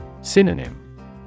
Synonym